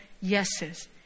yeses